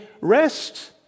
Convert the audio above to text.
rest